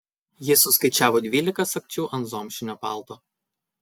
jis suskaičiavo dvylika sagčių ant zomšinio palto